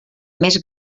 més